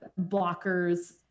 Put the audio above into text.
blockers